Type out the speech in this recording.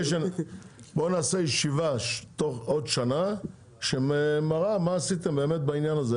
בואו נעשה ישיבה בעוד שנה שמראה מה עשיתם באמת בעניין הזה.